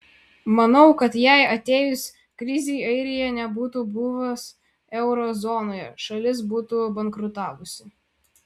manau kad jei atėjus krizei airija nebūtų buvus euro zonoje šalis būtų bankrutavusi